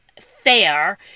fair